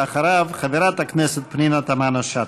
ואחריו חברת הכנסת פנינה תמנו-שטה.